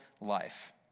life